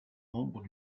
membres